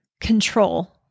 control